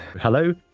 Hello